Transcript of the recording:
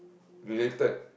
limited